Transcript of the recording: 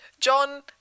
John